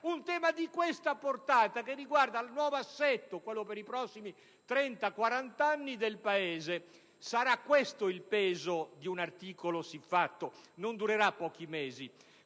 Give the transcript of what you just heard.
un tema di questa portata, che riguarda il nuovo assetto del Paese per i prossimi 30-40 anni? Sarà questo il peso di un articolo siffatto? Non durerà pochi mesi,